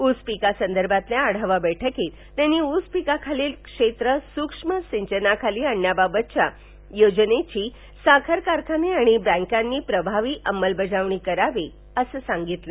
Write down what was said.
ऊस पिकासंवर्भांतल्या आढावा वैठकीत त्यांनी ऊस पिकाखालील क्षेत्र सूक्ष्म सिंचनाखाली आणण्याबाबतच्या योजनेची साखर कारखाने आणि बँकांनी प्रभावी भंमलबजावणी करावी मसं सांगितलं